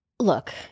Look